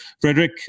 frederick